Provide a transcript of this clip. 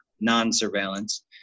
non-surveillance